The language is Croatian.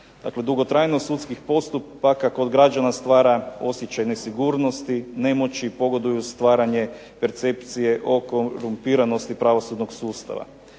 Dakle, dugotrajnost sudskih postupaka kod građana stvara osjećaj nesigurnosti, nemoći, pogoduju stvaranje percepcije o korumpiranosti pravosudnog sustava.